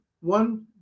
one